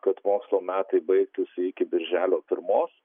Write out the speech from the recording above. kad mokslo metai baigtųsi iki birželio pirmos